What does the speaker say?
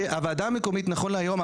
שהוועדה המקומית נכון להיום,